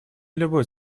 любой